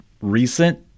recent